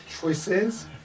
choices